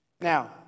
Now